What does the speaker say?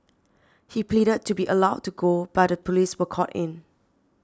he pleaded to be allowed to go but the police were called in